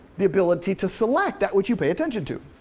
the ability to select that which you pay attention to.